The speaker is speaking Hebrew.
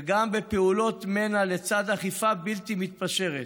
וגם בפעולות מנע לצד אכיפה בלתי מתפשרת.